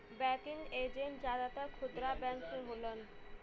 banking agent जादातर खुदरा bank में होलन